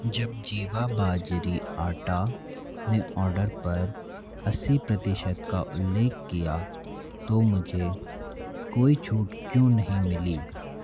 जब जीवा बाजरी आटा ने ऑर्डर पर अस्सी प्रतिशत का उल्लेख किया तो मुझे कोई छूट क्यों नहीं मिली